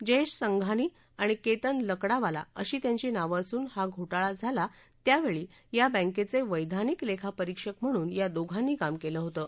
जयेश संघानी आणि केतन लकडावाला अशी त्यांची नावं असून हा घोटाळा झाला त्यावेळी या बँकेचे वैधानिक लेखापरीक्षक म्हणून या दोघांनी काम केलं होतं